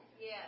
Yes